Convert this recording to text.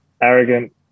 arrogant